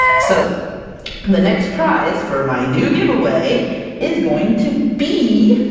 so the next prize for my new giveaway is going to be.